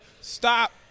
Stop